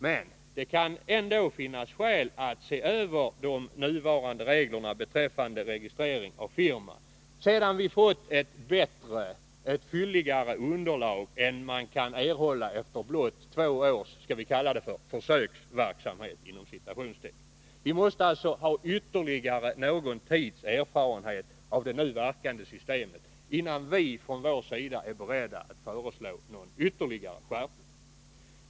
Men det kan ändå finnas skäl att se över nuvarande regler beträffande registrering av firma, sedan vi fått ett fylligare underlag än som kan erhållas efter blott två års — låt oss kalla det så — försöksverksamhet. Vi måste alltså ha ytterligare någon tids erfarenhet av det nuvarande systemet innan vi från vår sida är beredda att föreslå någon ytterligare skärpning.